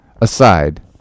Aside